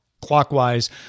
clockwise